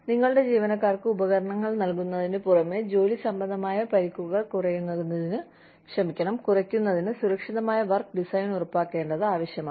നിങ്ങളുടെ ജീവനക്കാർക്ക് ഉപകരണങ്ങൾ നൽകുന്നതിന് പുറമേ ജോലി സംബന്ധമായ പരിക്കുകൾ കുറയ്ക്കുന്നതിന് സുരക്ഷിതമായ വർക്ക് ഡിസൈൻ ഉറപ്പാക്കേണ്ടത് ആവശ്യമാണ്